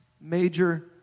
Major